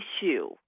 issue